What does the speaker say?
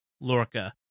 Lorca